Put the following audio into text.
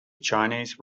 chinese